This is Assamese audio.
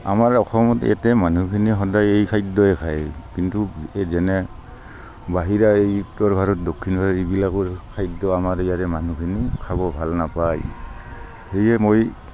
আমাৰ অসমত ইয়াতে মানুহখিনি সদায় খাদ্যই খায় কিন্তু এতিয়া যেনে বাহিৰা এই উত্তৰ ভাৰত দক্ষিণৰ এইবিলাকৰ খাদ্য আমাৰ ইয়াৰে মানুহখিনি খাব ভাল নাপায় সেয়ে মই